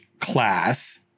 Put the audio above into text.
class